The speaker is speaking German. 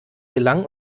gelangen